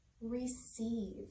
receive